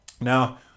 Now